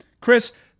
Chris